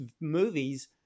movies